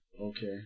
Okay